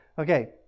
Okay